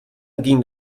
ging